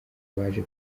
waje